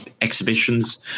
exhibitions